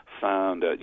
found